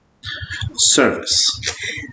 Service